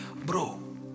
Bro